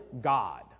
God